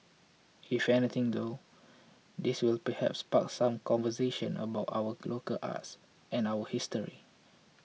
if anything though this will perhaps spark some conversations about our local arts and our history